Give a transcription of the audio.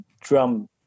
drum